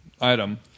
item